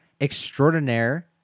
extraordinaire